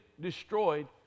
destroyed